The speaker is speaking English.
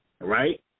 right